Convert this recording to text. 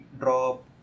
drop